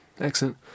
Excellent